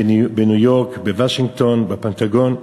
בניו-יורק, בוושינגטון, בפנטגון,